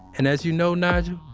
and as you know, nigel,